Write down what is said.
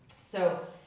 so